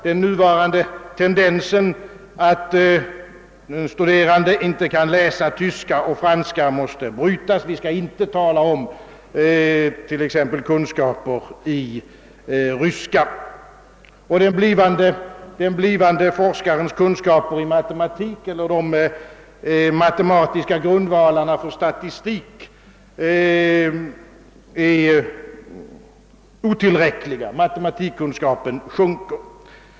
Den nuvarande tendensen att studerande inte kan läsa tyska och franska måste brytas — för att inte tala om hur det är med kunskaperna i ryska. Den blivande forskarens kunskaper i matematik eller de matematiska grundvalarna för statistik är otillräckliga — matematikkunskapen sjunker.